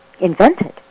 invented